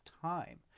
time